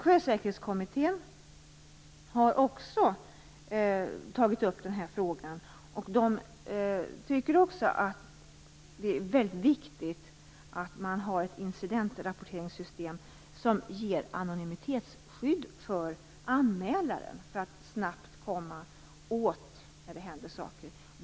Sjösäkerhetskommittén har också tagit upp den här frågan, och där tycker man att det är väldigt viktigt att det finns ett incidentrapporteringssystem som ger anonymitetsskydd för anmälaren, för att det snabbt skall kunna göras någonting när det händer saker.